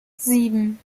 sieben